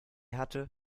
hatte